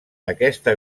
aquesta